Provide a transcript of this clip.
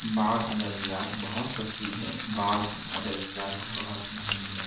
بعض ادویات بہت سستی ہیں بعض ادویات بہت مہنگی ہیں